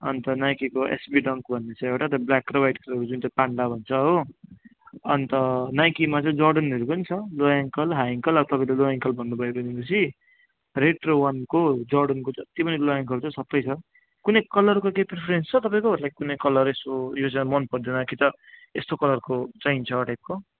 अन्त नाइकीको SB dunk भन्ने छ एउटा ब्ल्याक र वाइट कलरको जुन चाहिँ पान्डा भन्छ हो अन्त नाइकीमा चाहिँ जर्डनहरू पनि छ लो एङ्कल हाई एङ्कल अब तपाईँले लो एङ्कल भन्नु भयो भनेपछि रेड र वानको जर्डनको जति पनि लो एङ्कल छ सबै छ कुनै कलरको केही प्रिफरेन्स छ तपाईँको लाइक कुनै कलर यसो यो चाहिँ मन पर्दैन कि त यस्तो कलरको चाहिन्छ टाइपको